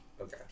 okay